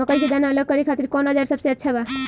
मकई के दाना अलग करे खातिर कौन औज़ार सबसे अच्छा बा?